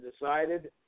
decided